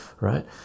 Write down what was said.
right